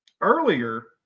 earlier